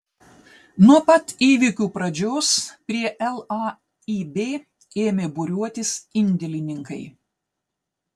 nuo pat įvykių pradžios prie laib ėmė būriuotis indėlininkai